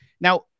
now